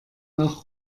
nach